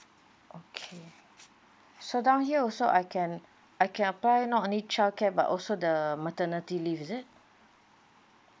okay so down here also I can I can apply not only childcare but also the maternity leave is it